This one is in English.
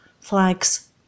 flags